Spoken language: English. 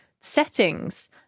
settings